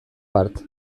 bart